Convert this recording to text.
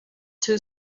two